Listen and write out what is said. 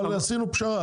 אבל עשינו פשרה,